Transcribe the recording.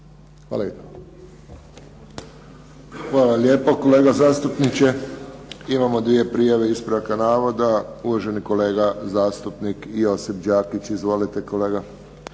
Hvala lijepo, kolega zastupniče. Imamo dvije prijave ispravka navoda. Uvaženi kolega zastupnik Josip Đakić. Izvolite, kolega.